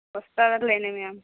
వస్తారులెండి ma'am